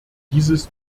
dieses